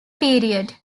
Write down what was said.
period